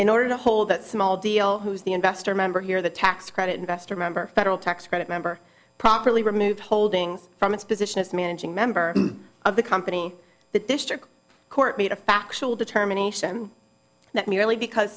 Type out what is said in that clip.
in order to hold that small deal who is the investor member here the tax credit investor member federal tax credit member properly removed holdings from its position as managing member of the company the district court made a factual determination that merely because